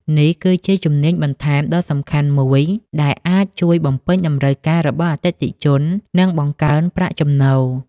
នេះគឺជាជំនាញបន្ថែមដ៏សំខាន់មួយដែលអាចជួយបំពេញតម្រូវការរបស់អតិថិជន និងបង្កើនប្រាក់ចំណូល។